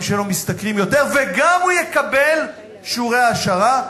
שלו משתכרים יותר וגם הוא יקבל שיעורי העשרה,